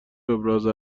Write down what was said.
ابراز